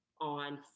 on